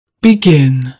Begin